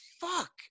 fuck